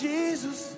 Jesus